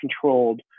controlled